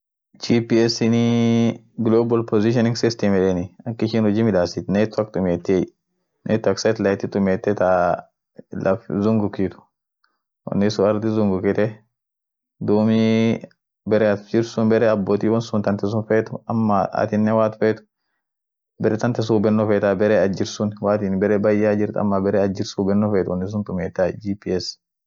Telescopinii ak ishin huji midaasit, won baya jirt aminen dikeyoa borbaaden won akasisun kabai. hiubetenie mara biri won ak baatia fa inaman akas tumiete borbaadenie ama won bayaafa wonsunii gudisa akas ilaaltai won bayaa ijet won sun gudise duum wonsun hubeten.